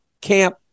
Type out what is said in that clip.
camp